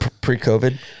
Pre-COVID